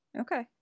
Okay